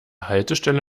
haltestelle